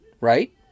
Right